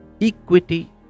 Equity